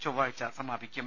ചൊവ്വാഴ്ച സ്മാപിക്കും